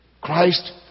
Christ